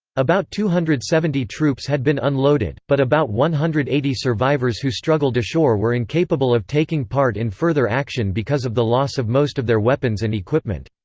about two hundred and seventy troops had been unloaded, but about one hundred eighty survivors who struggled ashore were incapable of taking part in further action because of the loss of most of their weapons and equipment.